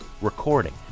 recording